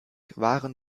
waren